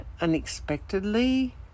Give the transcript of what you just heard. unexpectedly